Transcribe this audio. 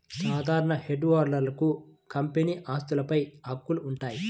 సాధారణ షేర్హోల్డర్లకు కంపెనీ ఆస్తులపై హక్కులు ఉంటాయి